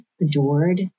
adored